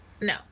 No